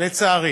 לצערי.